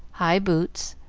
high boots,